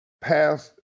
passed